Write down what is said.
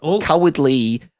cowardly